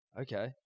okay